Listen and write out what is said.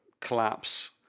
collapse